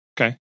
Okay